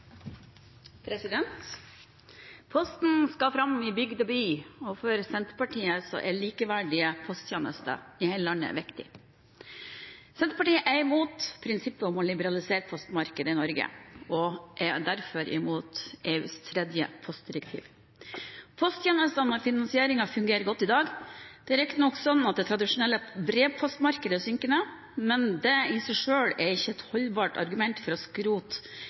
likeverdige posttjenester i hele landet viktig. Senterpartiet er imot prinsippet om å liberalisere postmarkedet i Norge og er derfor imot EUs tredje postdirektiv. Posttjenestene og finansieringen fungerer godt i dag. Det er riktignok slik at det tradisjonelle brevpostmarkedet er synkende, men det i seg selv er ikke et holdbart argument for å skrote